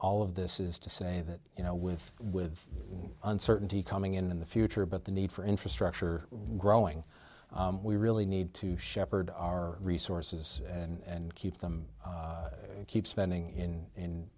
all of this is to say that you know with with uncertainty coming in the future but the need for infrastructure growing we really need to shepherd our resources and keep them and keep spending in